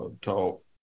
talk